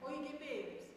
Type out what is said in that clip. o į gebėjimus